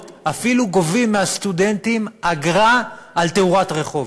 אפילו גובים מהסטודנטים אגרה על תאורת רחוב,